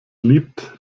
liebt